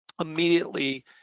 Immediately